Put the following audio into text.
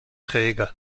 träge